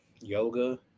yoga